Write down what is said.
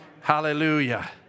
Hallelujah